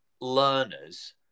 learners